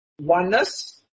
Oneness